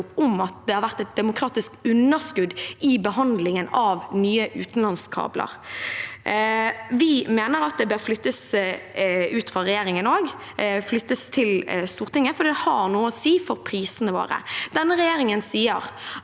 om at det har vært et demokratisk underskudd ved behandlingen av nye utenlandskabler. Vi mener at det bør flyttes ut av regjering også. Det bør flyttes til Stortinget, for det har noe å si for prisene våre. Denne regjeringen sier at